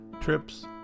Trips